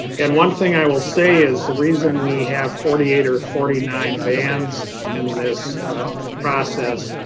and one thing i will say is the reason we have forty eight or forty nine bands in this process,